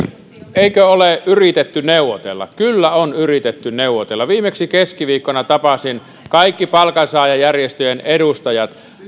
eikö ole yritetty neuvotella kyllä on yritetty neuvotella viimeksi keskiviikkona tapasin kaikki palkansaajajärjestöjen edustajat